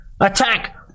Attack